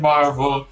Marvel